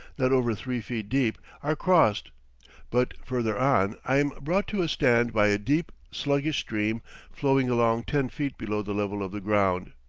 not over three feet deep, are crossed but further on i am brought to a stand by a deep, sluggish stream flowing along ten feet below the level of the ground.